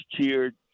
cheered